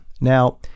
Now